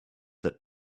that